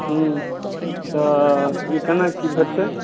हूँ तऽ ई केना की भेटतय